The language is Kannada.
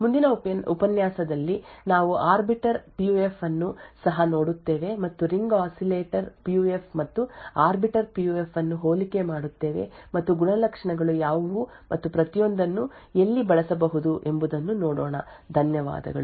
ಮುಂದಿನ ಉಪನ್ಯಾಸದಲ್ಲಿ ನಾವು ಆರ್ಬಿಟರ್ ಪಿಯುಎಫ್ ಅನ್ನು ಸಹ ನೋಡುತ್ತೇವೆ ಮತ್ತು ರಿಂಗ್ ಆಸಿಲೇಟರ್ ಪಿಯುಎಫ್ ಮತ್ತು ಆರ್ಬಿಟರ್ ಪಿಯುಎಫ್ ಅನ್ನು ಹೋಲಿಕೆ ಮಾಡುತ್ತೇವೆ ಮತ್ತು ಗುಣಲಕ್ಷಣಗಳು ಯಾವುವು ಮತ್ತು ಪ್ರತಿಯೊಂದನ್ನು ಎಲ್ಲಿ ಬಳಸಬಹುದು ಎಂಬುದನ್ನು ನೋಡೋಣ ಧನ್ಯವಾದಗಳು